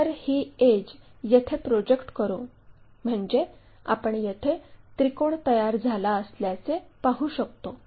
तर ही एड्ज येथे प्रोजेक्ट करू म्हणजे आपण येथे त्रिकोण तयार झाला असल्याचे पाहू शकतो